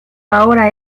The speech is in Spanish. ahora